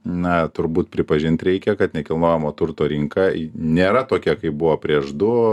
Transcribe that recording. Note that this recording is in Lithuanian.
na turbūt pripažint reikia kad nekilnojamojo turto rinka nėra tokia kaip buvo prieš du